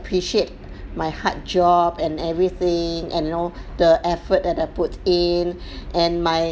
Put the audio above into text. appreciate my hard job and everything and you know the effort that I put in and my